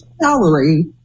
salary